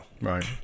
Right